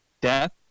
death